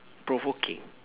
provoking